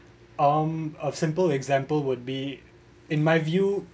um a simple example would be in my view